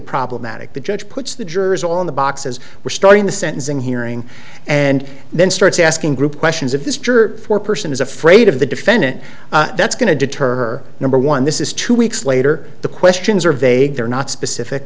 problematic the judge puts the jurors on the boxes we're starting the sentencing hearing and then starts asking group questions if this juror or person is afraid of the defendant that's going to deter her number one this is two weeks later the questions are vague they're not specific